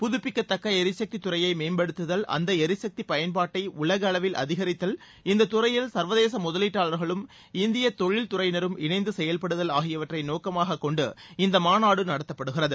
புதுப்பிக்க தக்க எரிசக்தி துறையை மேம்படுத்துதல் அந்த எரிசக்தி பயன்பாட்டை உலக அளவில் அதிகரித்தல் இந்த துறையில் சர்வதேச முதலீட்டாளர்களும் இந்திப தொழில்துறையினம் இணைந்து செயல்படுதல் ஆகியவற்றை நோக்கமாக கொண்டு இந்த மாநாடு நடத்தப்படுகிறது